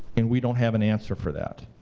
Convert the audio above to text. and we don't have an answer for that.